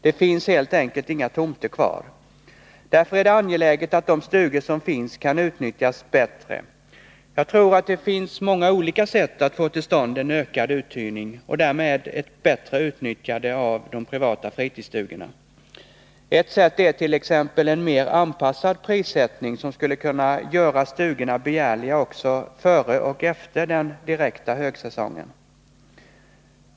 Det finns helt enkelt inga tomter kvar. Därför är det angeläget att de stugor som finns kan utnyttjas bättre. Jag tror att det finns många olika sätt att få till stånd en ökad uthyrning och därmed ett bättre utnyttjande av de privata fritidsstugorna. Ett sätt är t.ex. en mer anpassad prissättning, som skulle kunna göra stugorna begärliga också före och efter den direkta högsäsongen.